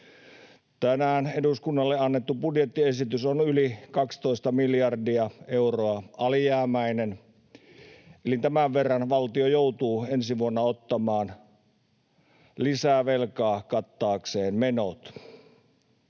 Tänään eduskunnalle annettu budjettiesitys on yli 12 miljardia euroa alijäämäinen, eli tämän verran valtio joutuu ensi vuonna ottamaan lisää velkaa kattaakseen menot.